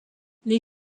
les